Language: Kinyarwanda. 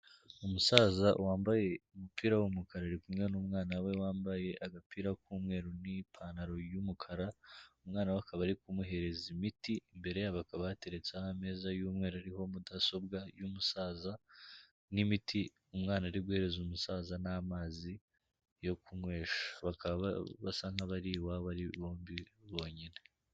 Umusaza wambaye umupira w'umukara ari kumwe n'umwana we wambaye agapira k'umweru n'ipantaro y'umukara, umwana we akaba ari kumuhereza imiti, imbere yabo hakaba hateretseho ameza y'umweru ariho mudasobwa y'umusaza n'imiti umwana ari guhereza umusaza n'amazi yo kunywesha, bakaba basa nk'abari iwabo ari bombi bonyine.